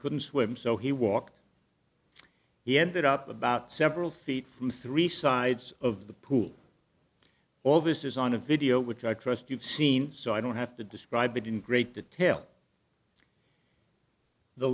couldn't swim so he walked he ended up about several feet from three sides of the pool all this is on a video which i trust you've seen so i don't have to describe it in great detail the